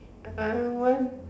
I don't want